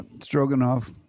stroganoff